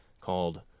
called